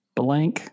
blank